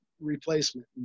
replacement